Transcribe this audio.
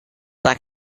black